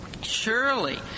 surely